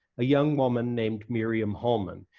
a young woman named miriam holman,